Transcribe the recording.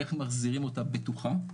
איך מחזירים אותה בטוחה.